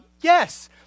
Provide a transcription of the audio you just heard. yes